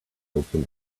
open